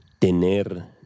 tener